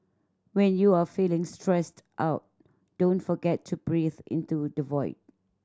when you are feeling stressed out don't forget to breathe into the void